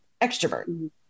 extrovert